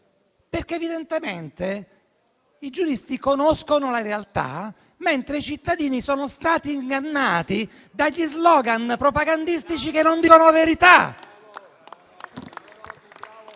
Evidentemente, i giuristi conoscono la realtà, mentre i cittadini sono stati ingannati da *slogan* propagandistici che non dicono la verità.